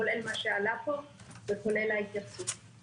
כולל מה שעלה פה וכולל ההתייחסות.